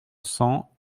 cent